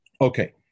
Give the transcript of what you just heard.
Okay